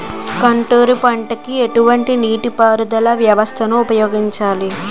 Contour పంటకు ఎటువంటి నీటిపారుదల వ్యవస్థను ఉపయోగిస్తారు?